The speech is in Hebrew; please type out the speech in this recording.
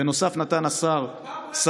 בנוסף נתן השר, פעם הוא היה ימין.